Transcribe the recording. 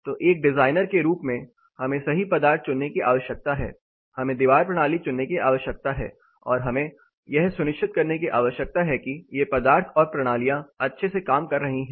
तो एक डिजाइनर के रूप में हमें सही पदार्थ चुनने की आवश्यकता है हमें दीवार प्रणाली चुनने की आवश्यकता है और हमें यह सुनिश्चित करने की आवश्यकता है कि ये पदार्थ और प्रणालियां अच्छे से काम कर रही है